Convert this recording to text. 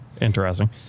Interesting